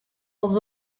els